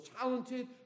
talented